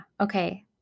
Okay